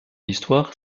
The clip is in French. histoire